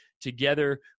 Together